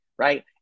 Right